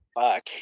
Fuck